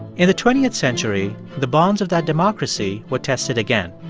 in the twentieth century, the bonds of that democracy were tested again.